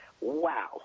Wow